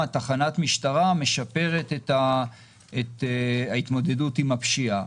תחנת משטרה משפרת את ההתמודדות עם הפשיעה.